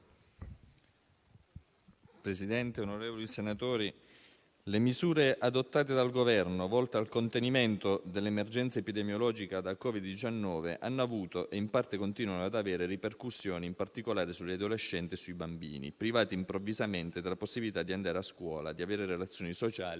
Presidente, onorevoli senatori, le misure adottate dal Governo volte al contenimento dell'emergenza epidemiologica da Covid-19 hanno avuto, e in parte continuano ad avere, ripercussioni in particolare sugli adolescenti e sui bambini, privati improvvisamente della possibilità di andare a scuola, di avere relazioni sociali